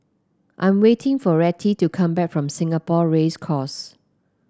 I'm waiting for Rettie to come back from Singapore Race Course